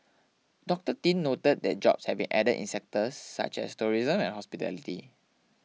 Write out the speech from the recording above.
Doctor Tin noted that jobs had been added in sectors such as tourism and hospitality